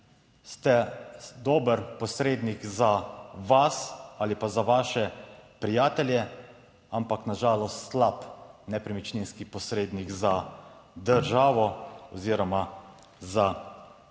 ste dober posrednik za vas ali pa za vaše prijatelje, ampak na žalost slab nepremičninski posrednik za državo oziroma za